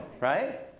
right